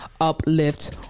uplift